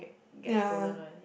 ya